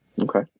Okay